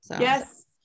Yes